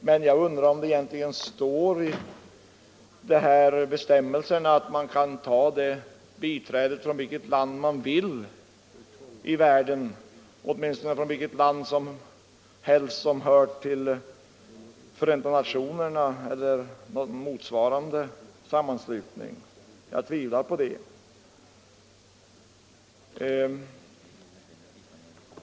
Men jag tvivlar på att det i bestämmelsen står att man kan ta det biträdet från vilket land i världen som helst eller åtminstone från något land som är medlem i Förenta nationerna.